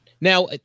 Now